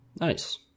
nice